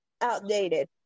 outdated